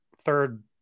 third